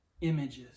images